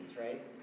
right